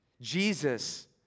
Jesus